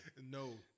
No